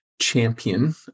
champion